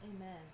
Amen